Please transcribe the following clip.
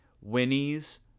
Winnie's